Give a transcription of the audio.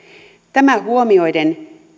tämä huomioiden